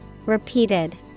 Repeated